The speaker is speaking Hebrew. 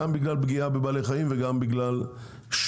גם בגלל פגיעה בבעלי חיים וגם בגלל שיש